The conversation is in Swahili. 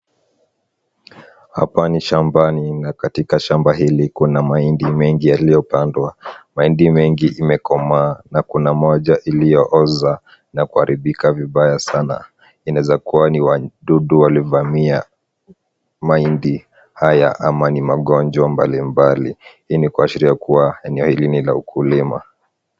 Hapa ni shambani na katika shamba hili kuna mahindi mengi yaliyopandwa. Mahindi mengi imekomaa na kuna moja iliyooza na kuharibika vibaya sana. Inaweza kuwa ni wadudu walivamia mahindi haya ama ni magonjwa mbalimbali. Hii ni kuashiria kuwa eneo hili ni la ukulima.